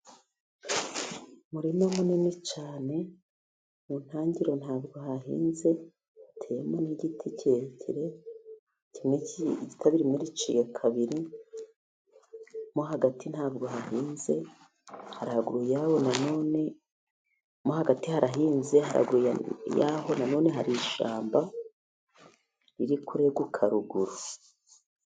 Umurima munini cyane mu ntangiriro nta bwo hahinze, hateyemo n'igiti kirekire. Kimwe itabi rimwe riciye kabiri. mo hagati nta bwo hahinze, haruguru yaho na none mo hagati harahinze. Haruguru yaho na none hari ishyamba riri kureguka ruguru.